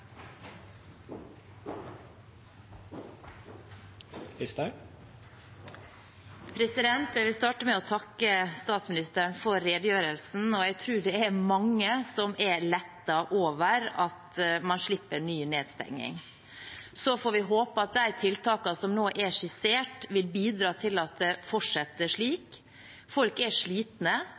mange som er lettet over at man slipper ny nedstenging. Så får vi håpe at de tiltakene som nå er skissert, vil bidra til at det fortsetter slik. Folk er